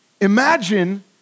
imagine